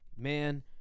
Man